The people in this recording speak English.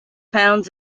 pounds